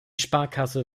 sparkasse